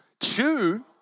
Chew